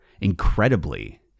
incredibly